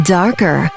darker